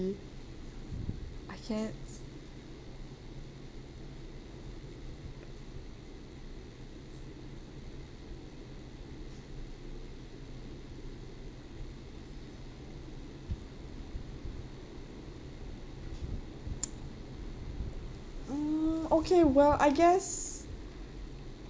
ability I can't mm okay well I guess